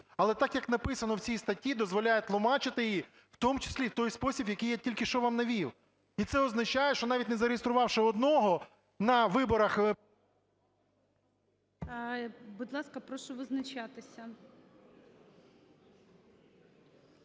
Але так, як написано в цій статті, дозволяє тлумачити її в тому числі в той спосіб, який я тільки що вам навів. І це означає, що навіть, не зареєструвавши одного, на виборах… ГОЛОВУЮЧИЙ. Будь ласка, прошу визначатися.